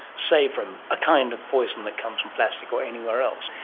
say from a kind of poison that comes from plastic or anywhere else?